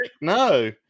No